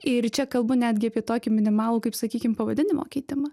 ir čia kalbu netgi apie tokį minimalų kaip sakykim pavadinimo keitimą